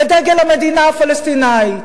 את דגל המדינה הפלסטיני.